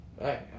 Hey